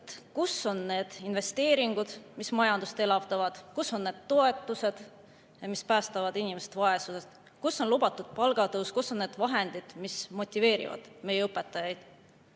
kus on need investeeringud, mis majandust elavdavad, kus on need toetused, mis päästavad inimesi vaesusest, kus on lubatud palgatõus, kus on need vahendid, mis motiveerivad meie õpetajaid?